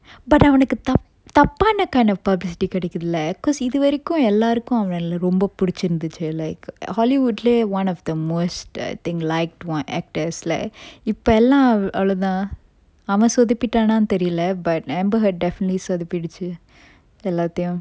but அவனுக்கு தப்~ தப்பான:avanukku thap~ thappana kind of publicity கெடைக்குதுல:kedaikkuthula cause இதுவரைக்கும் எல்லாருக்கும் அவன ரொம்ப புடிச்சு இருந்துது:ithuvaraikkum ellarukkum avana romba pudichu irunthuthu like hollywood lah one of the most err think liked one actors leh இப்ப எல்லா அவ்வளவு தான் அவ சொதப்பிடானானு தெரியல:ippa ella avvalavu thaan ava sothappitananu theriyala but amber heard definitely சொதப்பிடுச்சி எல்லாத்தையும்:sothappiduchi ellathayum